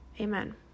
Amen